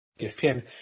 ESPN